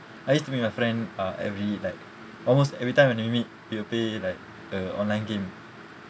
I used to be with my friend uh every like almost every time when we meet we will play like uh online game